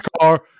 car